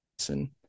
listen